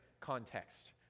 context